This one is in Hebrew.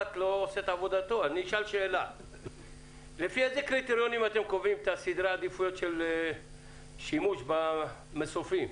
לפי איזה קריטריונים אתם קובעים את סדרי העדיפויות לשימוש במסופים?